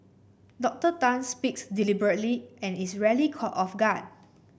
Doctor Tan speaks deliberately and is rarely caught off guard